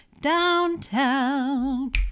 Downtown